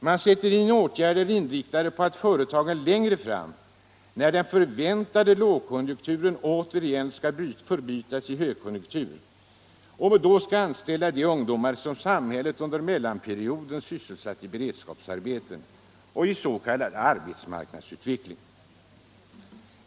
Man sätter in åtgärder inriktade på att företagen längre fram, när den förväntade lågkonjunkturen återigen skall förbytas i en högkonjunktur, skall anställa de ungdomar som samhället under mellanperioden sysselsatt i beredskapsarbeten och i s.k. arbetsmarknadsutbildning.